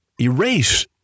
erase